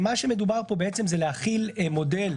מה שמדובר פה בעצם זה להחיל מודל.